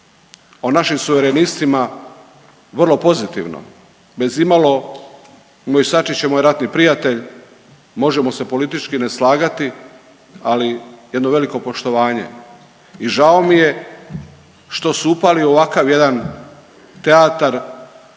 o našim suverenistima vrlo pozitivno, bez imalo, moj Sačić je moj ratni prijatelj, možemo se politički ne slagati, ali jedno veliko poštovanje. I žao mi je što su upali ovakav jedan teatar